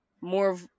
more